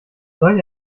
solch